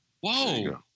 Whoa